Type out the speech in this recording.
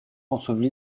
ensevelie